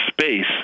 space